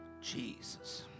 Jesus